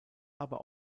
aber